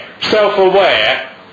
self-aware